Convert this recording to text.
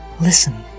Listen